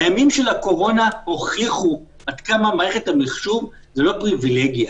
הימים של הקורונה הוכיחו עד כמה מערכת המחשוב זאת לא פריבילגיה.